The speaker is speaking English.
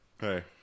hey